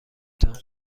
تان